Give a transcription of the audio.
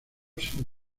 sin